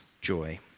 joy